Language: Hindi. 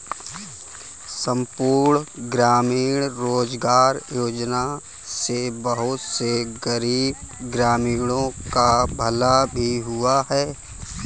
संपूर्ण ग्रामीण रोजगार योजना से बहुत से गरीब ग्रामीणों का भला भी हुआ है